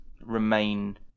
remain